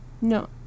No